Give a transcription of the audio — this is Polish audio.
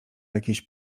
jakieś